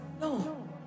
no